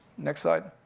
next slide.